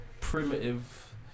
primitive